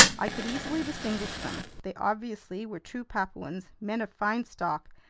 i could easily distinguish them. they obviously were true papuans, men of fine stock,